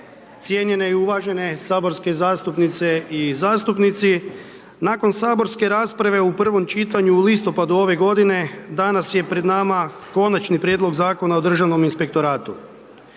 cijenjenje i uvažene saborske zastupnice i zastupnici. Nakon saborske rasprave u prvom čitanju u listopadu ove godine, danas je pred nama Konačni prijedlog Zakona o državnom inspektoratu.